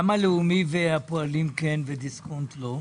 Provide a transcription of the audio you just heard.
למה לאומי והפועלים כן ודיסקונט לא?